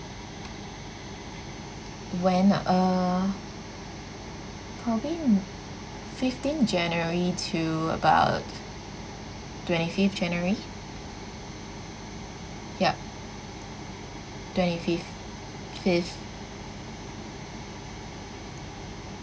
when uh probably in fifteen january to about twenty fifth january ya twenty fifth fifth